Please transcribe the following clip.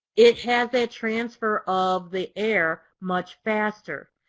it has that transfer of the air much faster.